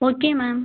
okay ma'am